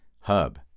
hub